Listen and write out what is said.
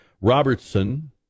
Robertson